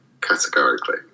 categorically